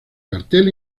cartel